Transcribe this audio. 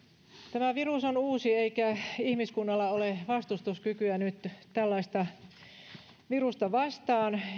tämä virus on uusi eikä ihmiskunnalla ole vastustuskykyä nyt tällaista virusta vastaan